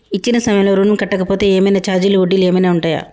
ఇచ్చిన సమయంలో ఋణం కట్టలేకపోతే ఏమైనా ఛార్జీలు వడ్డీలు ఏమైనా ఉంటయా?